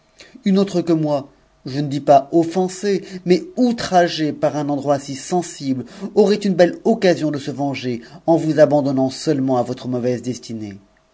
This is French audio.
une autre que moi je ne dis pas offensée mais outragée par un mt si sensible aurait une belle occasion de se venger en vous aban mnt seulement à votre mauvaise destinée